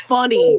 Funny